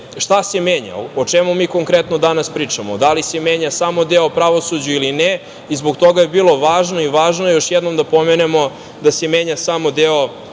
šta se menja, o čemu mi konkretno danas pričamo, da li se menja samo deo o pravosuđu ili ne. Zbog toga je bilo važno i važno je još jednom da pomenemo da se menja samo deo koji